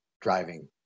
driving